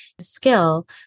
skill